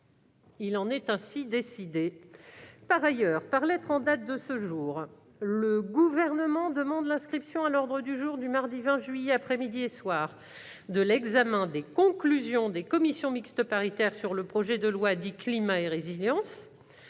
Il en est ainsi décidé. Par ailleurs, par lettre en date de ce jour, le Gouvernement demande l'inscription à l'ordre du jour du mardi 20 juillet, après-midi et soir, de l'examen des conclusions des commissions mixtes paritaires sur le projet de loi dit « Climat et résilience »,